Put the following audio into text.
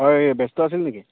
হয় এই ব্যস্ত আছিল নেকি